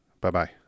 bye-bye